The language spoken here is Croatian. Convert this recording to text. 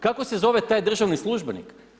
Kako se zove taj državni službenik?